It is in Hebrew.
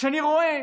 כשאני רואה